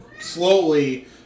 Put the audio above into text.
slowly